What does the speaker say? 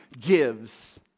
gives